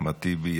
אחמד טיבי,